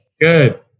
Good